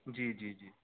جی جی جی